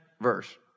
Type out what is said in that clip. verse